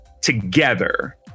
together